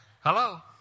Hello